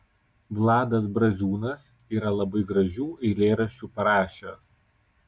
vladas braziūnas yra labai gražių eilėraščių parašęs